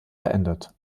verändert